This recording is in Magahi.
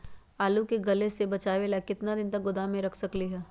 आलू के गले से बचाबे ला कितना दिन तक गोदाम में रख सकली ह?